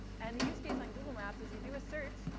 and the use case on google maps is you do a search,